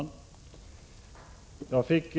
Herr talman!